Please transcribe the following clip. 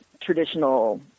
traditional